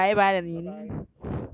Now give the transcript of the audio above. ending it now bye bye